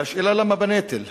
והשאלה למה "בנטל".